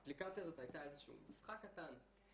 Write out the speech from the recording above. האפליקציה הזאת הייתה איזשהו משחק קטן.